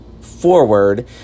forward